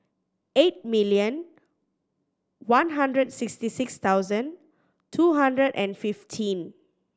eight million one hundred sixty six thousand two hundred and fifteen